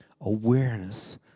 awareness